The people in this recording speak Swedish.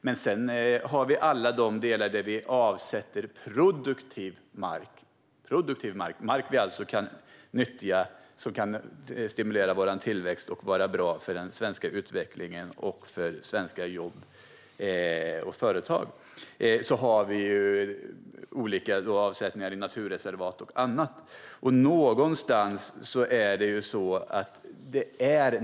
Men sedan har vi alla de delar där vi avsätter produktiv mark - mark vi alltså kan nyttja och som kan stimulera vår tillväxt och vara bra för den svenska utvecklingen och för svenska jobb och företag - och mark i naturreservat och annat.